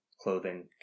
clothing